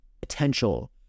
potential